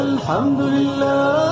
Alhamdulillah